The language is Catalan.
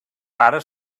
pare